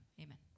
Amen